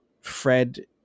Fred